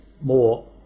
more